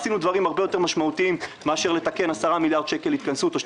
עשינו דברים הרבה יותר משמעותיים מאשר לתקן 10 מיליארד שקל התכנסות,